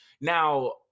now